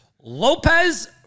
Lopez